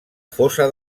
fossa